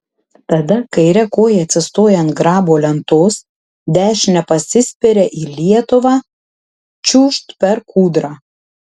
tada kaire koja atsistoja ant grabo lentos dešine pasispiria į lietuvą čiūžt per kūdrą